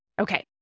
Okay